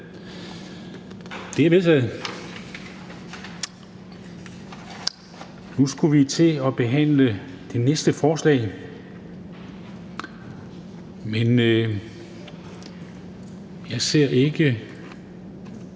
Det er vedtaget. Nu skulle vi til at behandle det næste forslag, men jeg ser ikke,